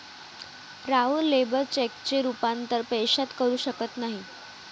राहुल लेबर चेकचे रूपांतर पैशात करू शकत नाही